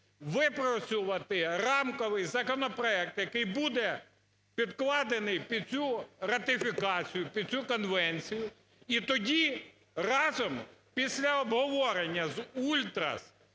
випрацювати рамковий законопроект, який буде підкладений під цю ратифікацію, під цю Конвенцію, і тоді разом після обговорення з ультрас,